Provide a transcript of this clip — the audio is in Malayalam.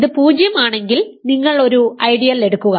ഇത് 0 ആണെങ്കിൽ നിങ്ങൾ ഒരു ഐഡിയൽ എടുക്കുക